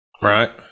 Right